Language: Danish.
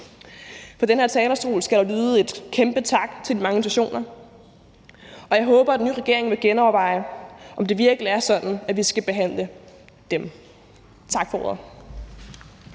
Fra den her talerstol skal der lyde en kæmpe tak til de mange organisationer, og jeg håber, at den nye regering vil genoverveje, om det virkelig er sådan, vi skal behandle dem. Tak for ordet.